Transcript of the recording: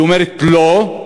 היא אומרת: לא,